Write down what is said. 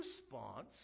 response